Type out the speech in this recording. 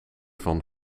van